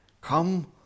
Come